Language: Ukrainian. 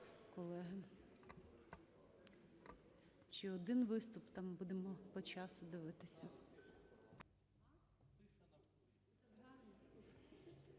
колеги. Чи один виступ, там будемо по часу дивитися.